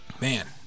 man